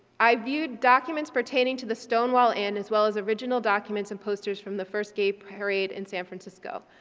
i viewed documents pertaining to the stonewall inn, as well as, original documents and posters from the first gay parade in san francisco.